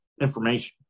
information